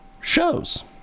shows